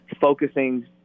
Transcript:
focusing